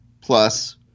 plus